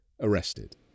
arrested